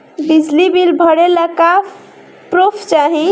बिजली बिल भरे ला का पुर्फ चाही?